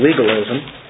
legalism